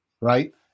right